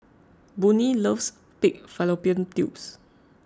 Boone loves Pig Fallopian Tubes